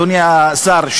אדוני השר,